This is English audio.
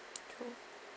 true